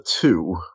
two